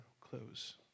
close